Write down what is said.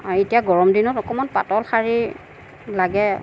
আৰু এতিয়া গৰম দিনত অকণমান পাতল শাৰী লাগে